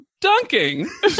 dunking